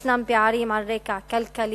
ישנם פערים על רקע כלכלי,